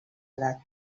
edat